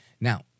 Now